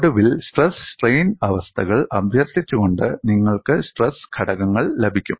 ഒടുവിൽ stress strain അവസ്ഥകൾ അഭ്യർത്ഥിച്ചുകൊണ്ട് നിങ്ങൾക്ക് സ്ട്രെസ് ഘടകങ്ങൾ ലഭിക്കും